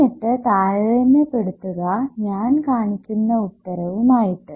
എന്നിട്ട് താരതമ്യപ്പെടുത്തുക ഞാൻ കാണിക്കുന്ന ഉത്തരവുമായിട്ട്